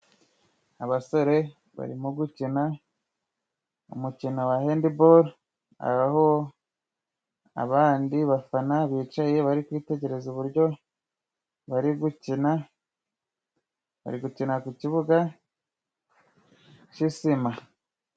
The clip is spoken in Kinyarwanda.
Abasore barimo gukina umukino wa hendibolo, aho abandi bafana bicaye bari kwitegereza uburyo bari gukina bari gukina, bari gukinira ku kibuga cy'isima.